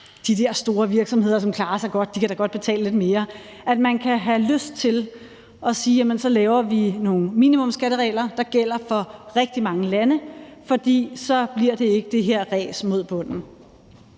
der store virksomheder, som klarer sig godt, kan da godt betale lidt mere. Jeg kan godt forstå, at man kan have lyst til at sige: Jamen så laver vi nogle minimumsskatteregler, der gælder for rigtig mange lande, for så bliver det ikke det her ræs mod bunden.